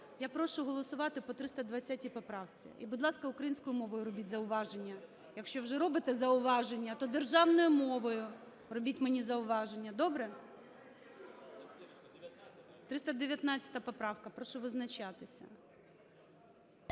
Я прошу голосувати по 320 поправці. І, будь ласка, українською мовою робіть зауваження. Якщо вже робите зауваження, то державною мовою робіть мені зауваження. Добре? 319 поправка. Прошу визначатися.